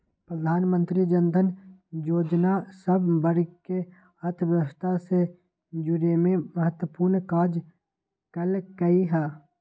प्रधानमंत्री जनधन जोजना सभ वर्गके अर्थव्यवस्था से जुरेमें महत्वपूर्ण काज कल्कइ ह